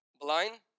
Blind